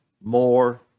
more